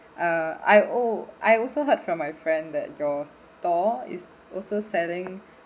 uh I oh I also heard from my friend that your store is also selling